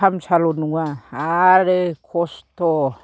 थामसाल' नङा आरो खस्थ'